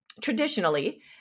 traditionally